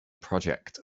project